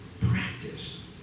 practice